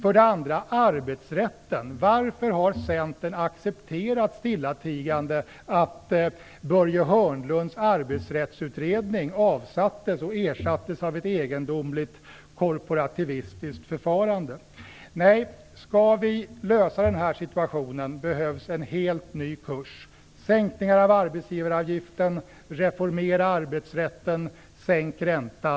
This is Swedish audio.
För det andra gäller det arbetsrätten. Varför har Centern stillatigande accepterat att Börje Hörnlunds arbetsrättsutredning har avsatts och ersatts av ett egendomligt korporativistiskt förfarande? Om vi skall lösa denna situation behövs en helt ny kurs: sänkningar av arbetsgivaravgiften, reformering av arbetsrätten och sänkt ränta.